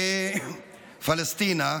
לפלסטינה,